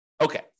Okay